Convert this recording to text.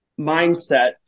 mindset